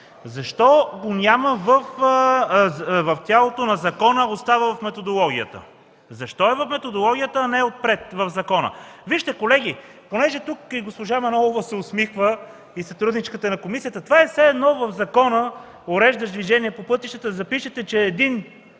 Защо го няма в тялото на закона, а остава в методологията? Защо е в методологията, а не е отпред – в закона? Вижте, колеги, понеже тук и госпожа Манолова се усмихва, и сътрудничката на комисията, това е все едно в закона, уреждащ движението по пътищата, да запишете, че един